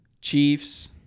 Chiefs